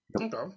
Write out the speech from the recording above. Okay